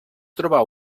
trobar